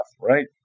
right